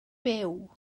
byw